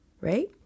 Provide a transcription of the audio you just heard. right